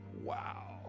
wow